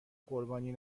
قربانی